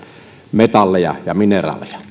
metalleja ja mineraaleja